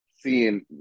seeing